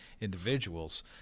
individuals